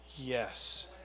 Yes